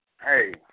hey